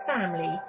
family